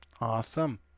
awesome